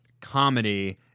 comedy